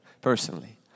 personally